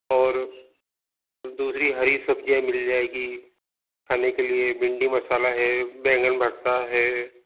और दूसरी हरी सब्जियाँ मिल जाएंगी खाने के लिए भिंडी मसाला है बैंगन भर्ता है